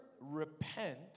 repent